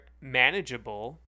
manageable